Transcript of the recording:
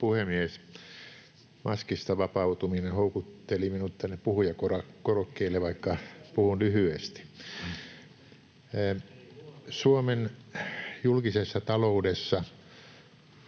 puhemies! Maskista vapautuminen houkutteli minut tänne puhujakorokkeelle, vaikka puhun lyhyesti. Suomen julkisessa taloudessa